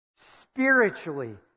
spiritually